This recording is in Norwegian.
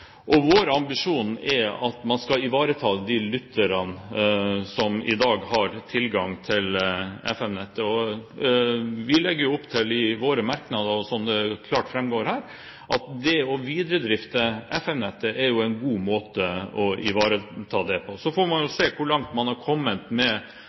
2013. Vår ambisjon er at man skal ivareta de lytterne som i dag har tilgang til FM-nettet. Vi legger opp til i våre merknader, som det klart fremgår her, at det å videredrifte FM-nettet er en god måte å ivareta det på. Så får man se på hvor langt man har kommet med